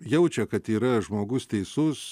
jaučia kad yra žmogus teisus